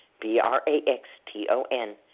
B-R-A-X-T-O-N